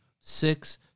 six